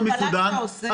איזה מין הקבלה אתה עושה.